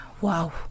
wow